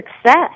success